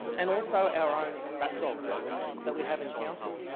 and also our own rat dogs that we have in council.